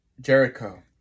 Jericho